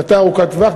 החלטה ארוכת טווח,